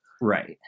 Right